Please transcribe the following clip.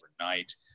overnight